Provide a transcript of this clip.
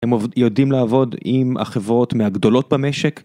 הם יודעים לעבוד עם החברות מהגדולות במשק,